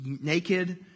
naked